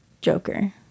joker